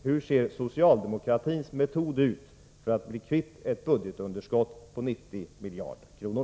Hur ser socialdemokratins metod ut för att bli kvitt ett budgetunderskott på 90 miljarder kronor?